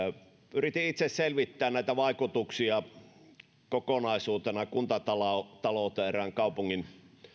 yritin itse selvittää näitä vaikutuksia kokonaisuutena kuntatalouteen erään kaupungin